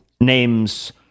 names